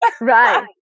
right